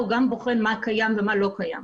הוא גם בוחן מה קיים ומה לא קיים.